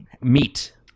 meat